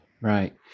Right